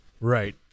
Right